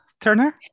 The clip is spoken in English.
Turner